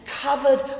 covered